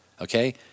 Okay